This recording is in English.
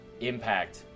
impact